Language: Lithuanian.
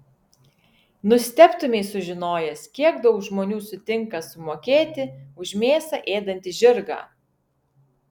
nustebtumei sužinojęs kiek daug žmonių sutinka sumokėti už mėsą ėdantį žirgą